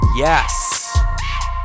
Yes